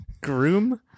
Groom